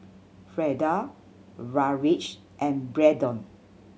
Freda Raleigh and Braedon